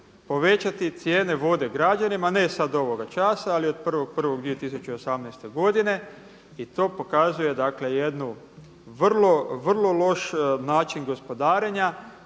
povećati cijene vode građanima, ne sada ovoga časa ali od 1.1.2018. godine i to pokazuje jednu vrlo loš način gospodarenja